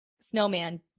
snowman